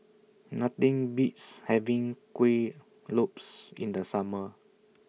Nothing Beats having Kuih Lopes in The Summer